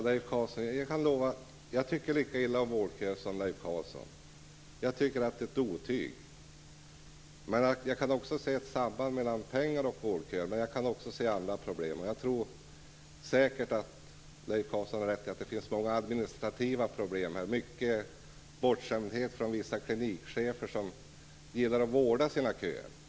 Fru talman! Jag tycker lika illa om vårdköer som Leif Carlson gör. De är ett otyg. Men jag kan också se ett samband mellan pengar och vårdköer och dessutom kan jag se andra problem. Leif Carlson har säkert rätt i att det finns många administrativa problem, t.ex. bortskämdhet hos vissa klinikchefer som gillar att vårda sina köer.